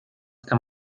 kann